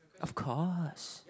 of course